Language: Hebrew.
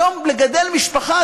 היום לגדל משפחה,